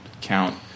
count